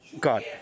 God